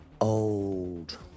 old